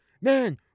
Man